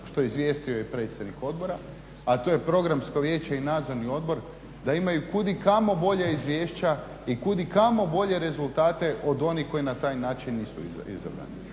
što je izvijestio i predsjednik Odbora a to je programsko vijeće i nadzorni odbor da imaju kudikamo bolja izvješća i kudikamo bolje rezultate od onih koji na taj način nisu izabrani.